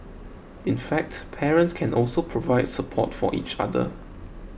in fact parents can also provide support for each other